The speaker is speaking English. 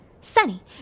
Sunny